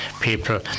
people